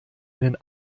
einen